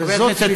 וזאת בתנאי,